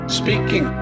speaking